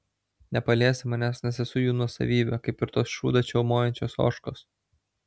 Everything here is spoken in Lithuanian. nepaliesi manęs nes esu jų nuosavybė kaip ir tos šūdą čiaumojančios ožkos